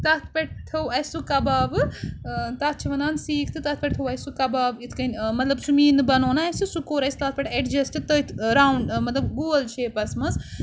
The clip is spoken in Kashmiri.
تَتھ پٮ۪ٹھ تھوٚو اَسہِ سُہ کَبابہٕ تَتھ چھِ وَنان سیٖکھ تہٕ تَتھ پٮ۪ٹھ تھوٚو اَسہِ سُہ کَباب یِتھ کٔنۍ مطلب سُہ میٖنہٕ بَنوو نہ اَسہِ سُہ کوٚر اَسہِ تَتھ پٮ۪ٹھ اٮ۪ڈجَسٹ تٔتھۍ راوُنٛڈ مطلب گول شیپَس منٛز